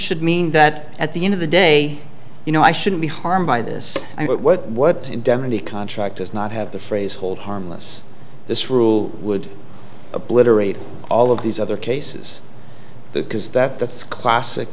should mean that at the end of the day you know i shouldn't be harmed by this and what indemnity contract does not have the phrase hold harmless this rule would obliterate all of these other cases that because that's classic